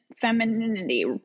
femininity